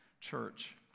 Church